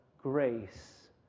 grace